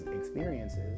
experiences